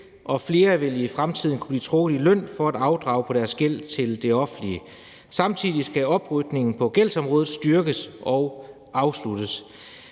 og flere vil i fremtiden kunne blive trukket i løn for at afdrage på deres gæld til det offentlige. Samtidig skal oprydningen på gældsområdet styrkes og afsluttes.